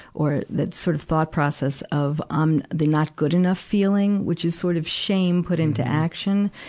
or that sort of thought process of, i'm, the not good enough feeling which is sort of shame put into action,